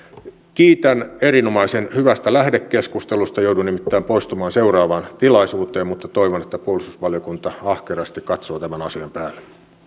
kiitän erinomaisen hyvästä lähetekeskustelusta joudun nimittäin poistumaan seuraavaan tilaisuuteen mutta toivon että puolustusvaliokunta ahkerasti katsoo tämän asian päälle